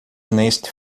neste